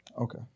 Okay